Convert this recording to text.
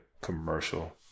commercial